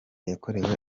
yakorewe